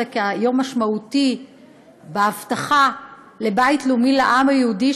כיום משמעותי בהבטחה לבית לאומי לעם היהודי,